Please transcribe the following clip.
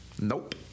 Nope